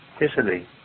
Italy